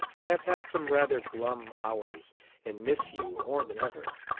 i have had some rather glum hours and miss you more than ever.